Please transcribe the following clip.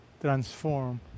transform